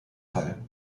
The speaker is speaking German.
teil